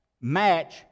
match